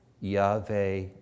Yahweh